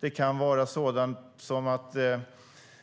Det kan handla om att